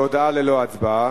זו הודעה ללא הצבעה.